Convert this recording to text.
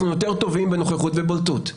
אנחנו יותר טובים בנוכחות ובולטות,